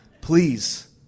Please